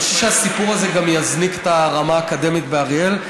אני חושב שהסיכום הזה גם יזניק את הרמה האקדמית באריאל.